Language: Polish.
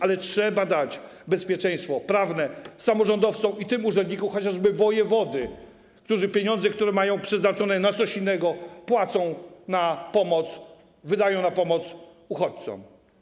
Ale trzeba dać bezpieczeństwo prawne samorządowcom i tym urzędnikom, chociażby wojewodom, którzy pieniądze, które mają przeznaczone na coś innego, wydają na pomoc uchodźcom.